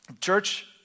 Church